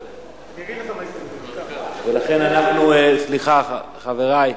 לכן, חברי,